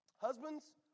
Husbands